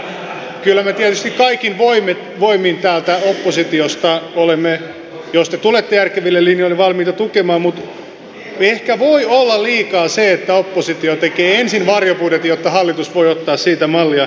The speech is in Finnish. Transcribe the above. kyllä me tietysti kaikin voimin täältä oppositiosta olemme jos te tulette järkeville linjoille valmiita tukemaan mutta ehkä voi olla liikaa se että ensin oppositio tekee varjobudjetin jotta hallitus voi ottaa siitä mallia